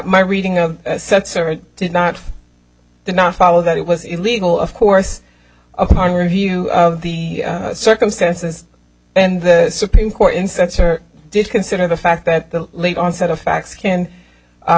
my reading of did not did not follow that it was illegal of course of the review of the circumstances and the supreme court instance or did consider the fact that the late onset of facts can